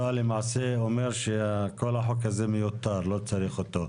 אתה למעשה אומר שכל החוק הזה מיותר, לא צריך אותו.